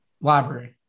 library